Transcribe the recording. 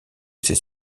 ces